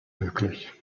möglich